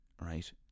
right